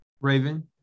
Raven